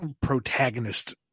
protagonist